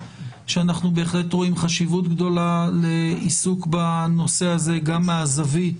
שאנחנו בהחלט רואים חשיבות גדולה לעיסוק בנושא הזה גם מהזווית